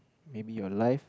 maybe your life